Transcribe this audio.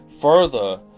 further